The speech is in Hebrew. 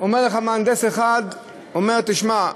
אומר לך מהנדס אחד: תשמע,